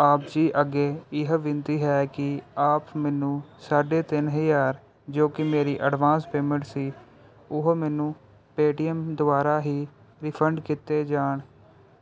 ਆਪ ਜੀ ਅੱਗੇ ਇਹ ਬੇਨਤੀ ਹੈ ਕੀ ਆਪ ਮੈਨੂੰ ਸਾਢੇ ਤਿੰਨ ਹਜ਼ਾਰ ਜੋ ਕੀ ਮੇਰੀ ਐਡਵਾਂਸ ਪੇਮੈਂਟ ਸੀ ਉਹ ਮੈਨੂੰ ਪੇਟੀਐੱਮ ਦੁਆਰਾ ਹੀ ਰਿਫੰਡ ਕੀਤੇ ਜਾਣ